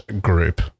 group